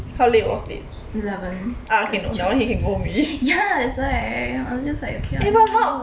eleven ya that's why I I was just like okay uh